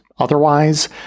Otherwise